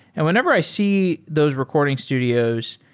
and whenever i see those recording studios,